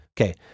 Okay